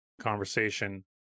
conversation